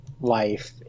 life